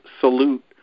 salute